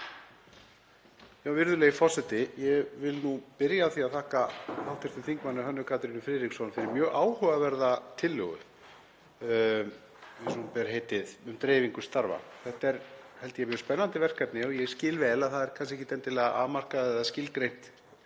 Virðulegi forseti. Ég vil nú byrja á því að þakka hv. þm. Hönnu Katrínu Friðriksson fyrir mjög áhugaverða tillögu sem ber heitið Dreifing starfa. Þetta er held ég mjög spennandi verkefni og ég skil vel að það er kannski ekkert endilega afmarkað eða skilgreint,